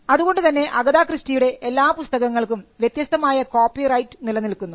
അതുകൊണ്ടുതന്നെ അഗതാ ക്രിസ്റ്റിയുടെ എല്ലാ പുസ്തകങ്ങൾക്കും വ്യത്യസ്തമായ കോപ്പിറൈറ്റ് നിലനിൽക്കുന്നു